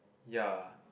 ya